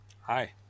Hi